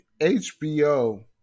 HBO